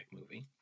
movie